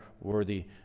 worthy